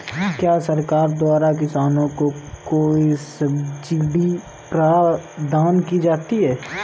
क्या सरकार द्वारा किसानों को कोई सब्सिडी प्रदान की जाती है?